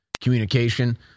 communication